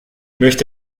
möchte